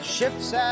Ships